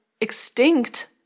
extinct